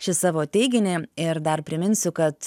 šį savo teiginį ir dar priminsiu kad